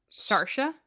Sarsha